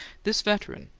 this veteran,